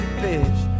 fish